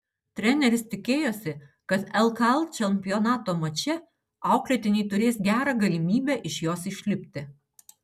treneris tikėjosi kad lkl čempionato mače auklėtiniai turės gerą galimybę iš jos išlipti